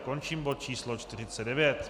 Končím bod číslo 49.